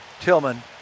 Tillman